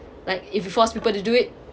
like if you force people to do it